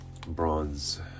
bronze